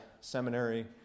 seminary